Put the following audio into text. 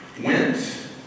went